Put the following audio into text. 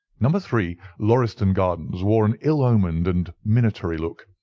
number three, lauriston gardens wore an ill-omened and minatory look.